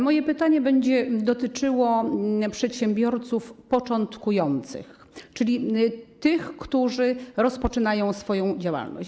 Moje pytanie będzie dotyczyło przedsiębiorców początkujących, czyli tych, którzy rozpoczynają działalność.